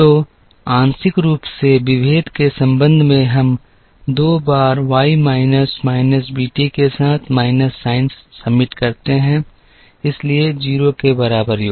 तो आंशिक रूप से विभेद के संबंध में हम 2 बार Y minus minus B T के साथ माइनस साइन समिट करते हैं इसलिए 0 के बराबर योग